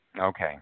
Okay